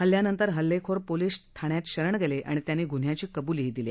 हल्ल्यानंतर हल्लेखोर पोलीस ठाण्यात शरण गेले आणि त्यांनी गुन्ह्याची कबुलीही दिली